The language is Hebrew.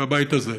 והבית הזה,